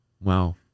Wow